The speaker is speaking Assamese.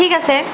ঠিক আছে